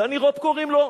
דני רופ קוראים לו?